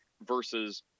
versus